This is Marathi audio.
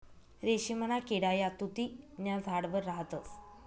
रेशीमना किडा या तुति न्या झाडवर राहतस